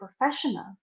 professional